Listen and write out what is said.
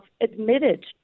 admitted